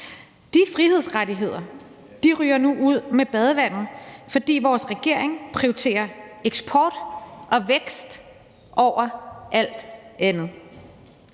deres borgere, ryger nu ud med badevandet, fordi vores regering prioriterer eksport og vækst over alt andet.